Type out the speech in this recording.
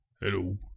Hello